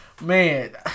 Man